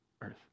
earth